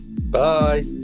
Bye